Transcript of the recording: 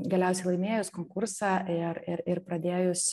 galiausiai laimėjus konkursą ir ir ir pradėjus